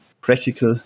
practical